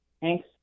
Thanks